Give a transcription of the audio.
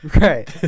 Right